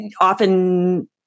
often